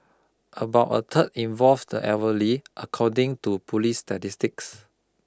about a third involved the elderly according to police statistics